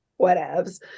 whatevs